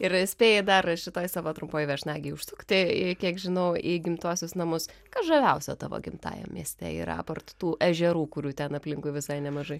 ir spėji dar šitoj savo trumpoj viešnagėj užsukti į kiek žinau į gimtuosius namus kas žaviausia tavo gimtajam mieste yra apart tų ežerų kurių ten aplinkui visai nemažai